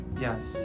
Yes